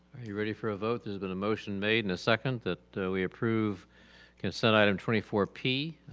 are you ready for a vote? there's been a motion made and a second that we approved consent item twenty four p.